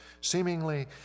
seemingly